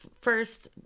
first